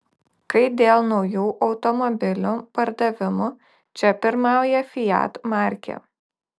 kai dėl naujų automobilių pardavimų čia pirmauja fiat markė